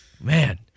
Man